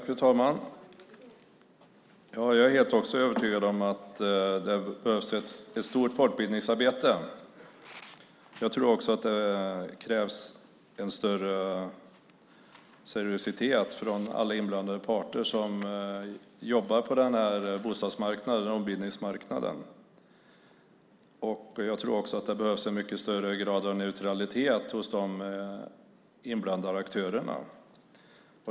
Fru talman! Jag är också helt övertygad om att det behövs ett stort folkbildningsarbete. Jag tror också att det krävs en större seriositet från alla inblandade parter som jobbar på ombildningsmarknaden. Det behövs även en mycket högre grad av neutralitet hos de inblandade aktörerna.